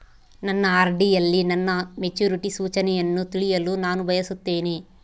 ನನ್ನ ಆರ್.ಡಿ ಯಲ್ಲಿ ನನ್ನ ಮೆಚುರಿಟಿ ಸೂಚನೆಯನ್ನು ತಿಳಿಯಲು ನಾನು ಬಯಸುತ್ತೇನೆ